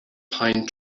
pine